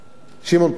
שמעון פרס,